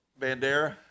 Bandera